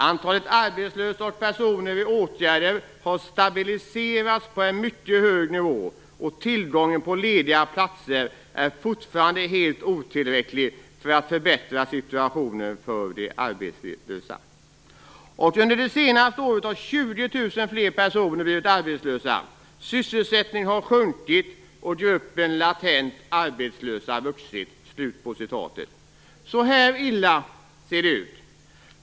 Antalet arbetslösa och personer i åtgärder har stabiliserats på en mycket hög nivå, och tillgången på lediga platser är fortfarande helt otillräcklig för att förbättra situationen för de arbetssökande." Under det senaste året har 20 000 fler personer blivit arbetslösa. Sysselsättningen har sjunkit och gruppen latent arbetslösa vuxit. Så här illa ser det ut.